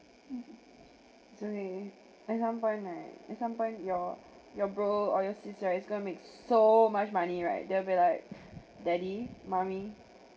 mm it's okay at some point right at some point your your bro or your sister is going to make so much money right they'll be like daddy mummy